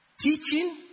Teaching